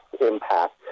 impact